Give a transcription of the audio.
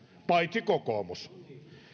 paitsi kokoomus